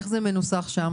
איך זה מנוסח שם?